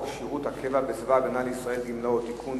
שירות הקבע בצבא-הגנה לישראל (גמלאות) (תיקון,